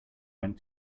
went